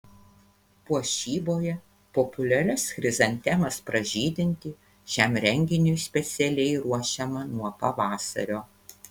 puošyboje populiarias chrizantemas pražydinti šiam renginiui specialiai ruošiama nuo pavasario